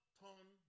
turn